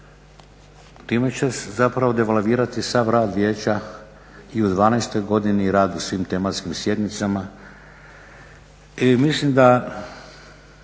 time će zapravo devolvirati sav rad vijeća i u 2012. godini i rad u svim tematskim sjednicama.